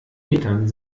metern